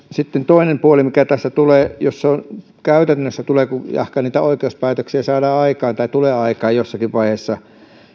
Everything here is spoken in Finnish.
sitten toinen puoli mikä tässä tulee jos se käytännössä tulee jahka niitä oikeuspäätöksiä saadaan aikaan jossakin vaiheessa